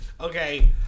Okay